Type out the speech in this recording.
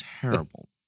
terrible